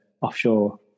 offshore